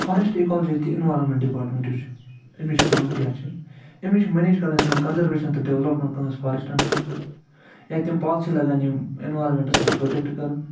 فاریسٹہٕ ecology تہِ environment department یُس چھُ اَمِچ کٲم کیٛاہ چھِ أمِس چھِ منیج کَرٕنۍ سٲنۍ کنٛزرویٚشن تہٕ ڈیولپمٮ۪نٛٹ کٕہٕنٛز فارٮ۪سٹن ہٕنٛز یا تِم پالیسی لگان یِم اٮ۪نورامٮ۪نٛٹس اَسہِ پرٛوٹٮ۪کٹہٕ کَران